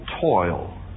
toil